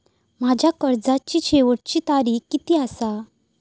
माझ्या कर्जाची शेवटची तारीख किती आसा?